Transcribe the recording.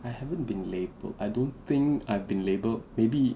I haven't been labelled I don't think I've been labelled maybe